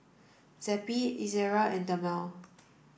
Zappy Ezerra and Dermale